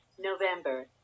November